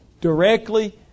directly